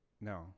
No